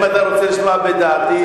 אם אתה רוצה לשמוע לדעתי,